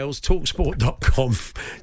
TalkSport.com